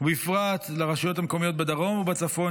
ובפרט לרשויות המקומיות בדרום ובצפון,